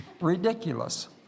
ridiculous